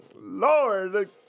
Lord